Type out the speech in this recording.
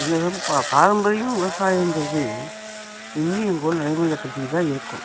என்ன தான் பாரம்பரியமாக விவசாயங்கிறது இன்னும் எங்கூரில் நடைமுறையில் படுத்திக்கிட்டு தான் இருக்கோம்